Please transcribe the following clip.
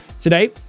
Today